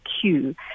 queue